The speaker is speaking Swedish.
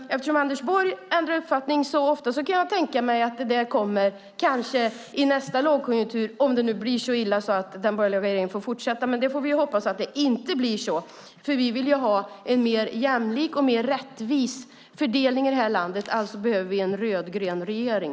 Eftersom Anders Borg ändrar uppfattning så ofta kan jag tänka mig att det kanske kommer under nästa lågkonjunktur, om det nu blir så illa att den borgerliga regeringen får fortsätta. Vi får hoppas att det inte blir så. Vi vill ha en mer jämlik och rättvis fördelning i det här landet. Alltså behöver vi en rödgrön regering.